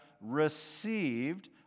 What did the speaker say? received